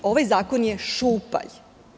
Ovaj zakon je šupalj.